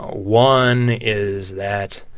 ah one is that